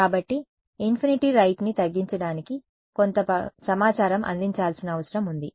కాబట్టి ఇన్ఫినిటీ రైట్ని తగ్గించడానికి కొంత సమాచారం అందించాల్సిన అవసరం ఉంది